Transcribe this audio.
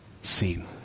seen